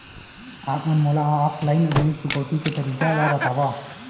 आप मन मोला ऑफलाइन ऋण चुकौती के तरीका ल बतावव?